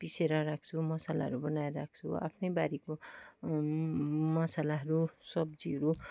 पिसेर राख्छु मसालाहरू बनाएर राख्छु आफ्नै बारीको मसालाहरू सब्जीहरू